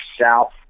south